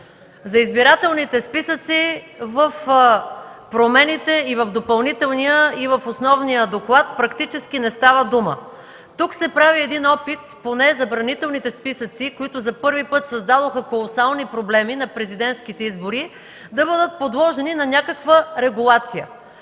За избирателните списъци – промените и в допълнителния, и в основния доклад, практически не става дума. Тук се прави опит поне забранителните списъци, които за първи път създадоха колосални проблеми на президентските избори, да бъдат подложени на някаква регулация.